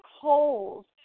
holes